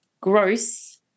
gross